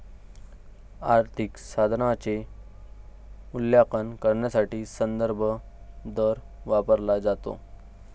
आर्थिक साधनाचे मूल्यांकन करण्यासाठी संदर्भ दर वापरला जातो